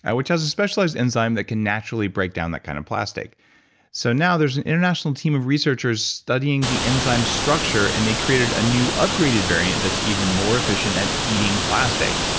which has a specialized enzyme that can naturally breakdown that kind of plastic so now there's an international team of researchers studying the enzyme structure and they created a new upgraded variant that's even more efficient at eating plastic.